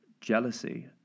jealousy